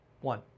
one